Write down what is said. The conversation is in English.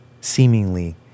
seemingly